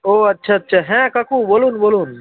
ও আচ্ছা আচ্ছা হ্যাঁ কাকু বলুন বলুন